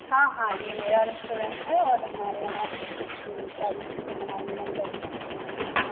हाँ हाँ ये मेरा रेस्टोरेंट है और हमारे यहाँ पे सारी चीज़ें बनाई वनाई जाती है खाने पीने की